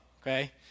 Okay